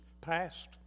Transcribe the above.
past